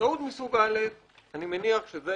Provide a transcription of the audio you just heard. טעות מסוג א', ואני מניח שאת